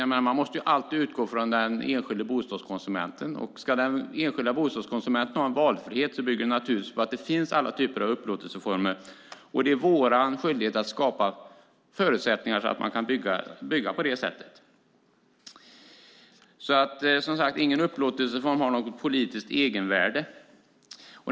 Man måste alltid utgå från den enskilda bostadskonsumenten. Ska den enskilda bostadskonsumenten ha en valfrihet bygger det naturligtvis på att alla typer av upplåtelseformer finns. Det är vår skyldighet att skapa förutsättningar för att man kan bygga på det sättet. Ingen upplåtelseform har alltså något politiskt egenvärde.